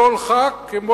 לכל חבר כנסת,